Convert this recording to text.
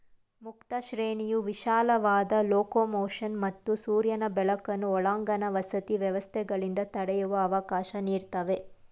ಮುಕ್ತ ಶ್ರೇಣಿಯು ವಿಶಾಲವಾದ ಲೊಕೊಮೊಷನ್ ಮತ್ತು ಸೂರ್ಯನ ಬೆಳಕನ್ನು ಒಳಾಂಗಣ ವಸತಿ ವ್ಯವಸ್ಥೆಗಳಿಂದ ತಡೆಯುವ ಅವಕಾಶ ನೀಡ್ತವೆ